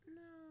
no